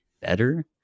better